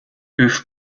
hoof